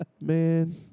Man